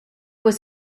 was